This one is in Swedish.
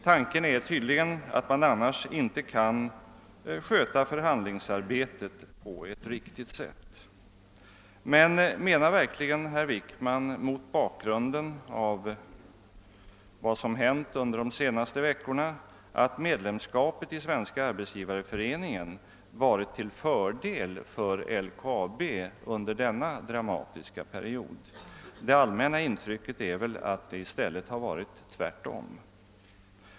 Tanken är tydligen att man annars inte kan sköta förhandlingsarbetet på ett riktigt sätt. Men menar verkligen herr Wickman, mot bakgrunden av vad som hänt under de senaste veckorna, att medlemskapet i Svenska arbetsgivareföreningen varit till fördel för LKAB under denna dramatiska period? Det allmänna intrycket är väl att det i stället har varit tvärtom.